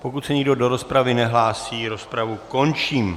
Pokud se nikdo do rozpravy nehlásí, rozpravu končím.